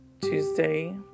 Tuesday